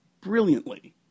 brilliantly